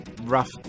rough